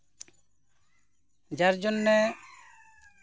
ᱡᱟᱨ ᱡᱚᱱᱱᱮ